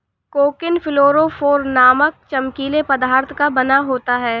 cocoon fluorophore नामक चमकीले पदार्थ का बना होता है